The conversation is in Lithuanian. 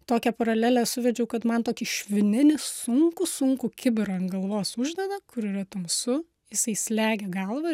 tokią paralelę suvedžiau kad man tokį švininį sunkų sunkų kibirą ant galvos uždeda kur yra tamsu jisai slegia galvą